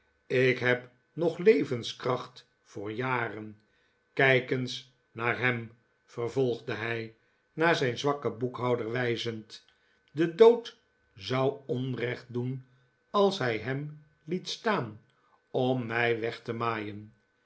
ik heb nog levehskracht voor jaren kijk eens naar hem vervolgde hij naar zijn zwakken boekhouder wijzend de dood zou onrecht doen als hij hem liet staan om mij weg te maaien